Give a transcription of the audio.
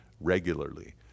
regularly